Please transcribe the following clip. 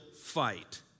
fight